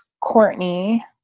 Courtney